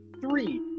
three